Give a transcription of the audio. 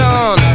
on